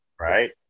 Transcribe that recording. Right